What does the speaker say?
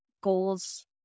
goals